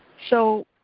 so